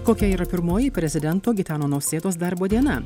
kokia yra pirmoji prezidento gitano nausėdos darbo diena